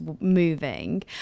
moving